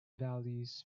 values